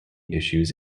issues